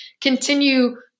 continue